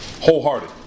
Wholehearted